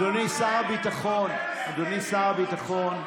אדוני שר הביטחון,